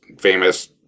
famous